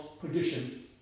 perdition